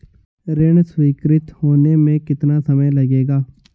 ऋण स्वीकृत होने में कितना समय लगेगा?